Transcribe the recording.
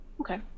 Okay